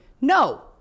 No